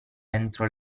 entro